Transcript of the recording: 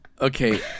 Okay